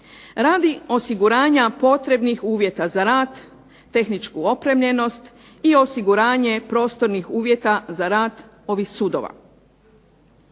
radi osiguranja potrebnih uvjeta za rad, tehničku opremljenost i osiguranje prostornih uvjeta za rad ovih sudova.